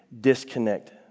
disconnect